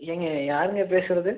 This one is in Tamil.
ஏங்க யாருங்க பேசறது